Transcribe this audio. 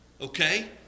Okay